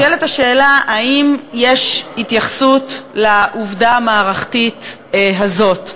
ונשאלת השאלה: האם יש התייחסות לעובדה המערכתית הזאת?